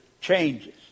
changes